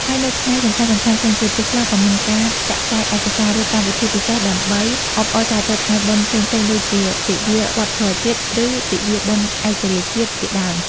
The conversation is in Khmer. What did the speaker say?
ហើយនៅថ្ងៃសំខាន់ៗផ្សេងទៀត ពេលខ្លះ ក៏មានការចាក់ផ្សាយឯកសារ ឬកម្មវិធីពិសេសដើម្បីអបអរសាទរថ្ងៃបុណ្យផ្សេងៗ ដូចជា ទិវាវប្បធម៌ជាតិ ឬ ទិវាបុណ្យឯករាជ្យជាតិ ជាដើម។